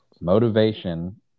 motivation